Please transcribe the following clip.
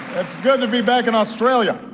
it's good to be back in australia.